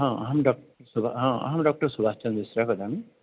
ह अहं डाक्ट् सुभ् अहं डाक्टर् सुभाषचन्द्रमिश्रा वदामि